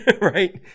Right